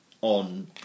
on